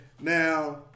Now